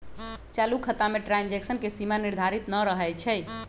चालू खता में ट्रांजैक्शन के सीमा निर्धारित न रहै छइ